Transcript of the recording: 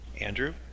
Andrew